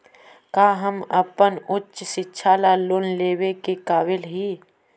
का हम अपन उच्च शिक्षा ला लोन लेवे के काबिल ही?